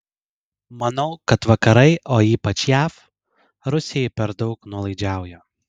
manau kad vakarai o ypač jav rusijai per daug nuolaidžiauja